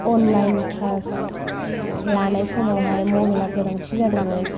online class लानाय समावहाय mobile आ गोनांथि जादोंमोन